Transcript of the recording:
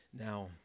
Now